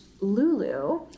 lulu